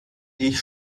ich